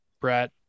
brett